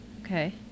Okay